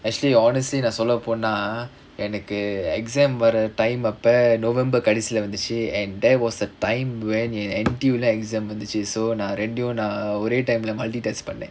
actually honestly நா சொல்லபோனா எனக்கு:naa sollaponaa enakku exam வர:vara time அப்ப:appa november கடைசில வந்துச்சு:kadaisila vanthuchu and there was a time when in N_T_U leh exam வந்துச்சு:vanthuchu so நா ரெண்டையும் நா ஒரே:naa rendaiyum naa orae time leh multitask பண்ணேன்:pannaen